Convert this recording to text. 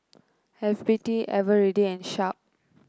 F B T Eveready and Sharp